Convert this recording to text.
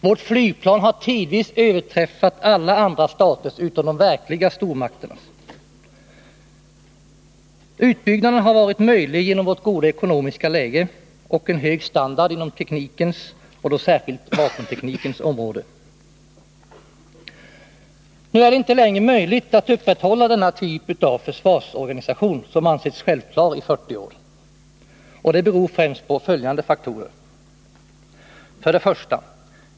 Vårt flygvapen har tidvis överträffat alla andra staters utom de verkliga stormakternas. Utbyggnaden har varit möjlig genom vårt goda ekonomiska läge och en hög standard inom teknikens, och då särskilt vapenteknikens, område. Nu är det inte längre möjligt att upprätthålla denna typ av försvarsorganisation, som ansetts självklar i 40 år. Det beror främst på följande faktorer: 1.